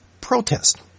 Protest